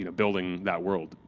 ah building that world.